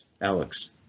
Alex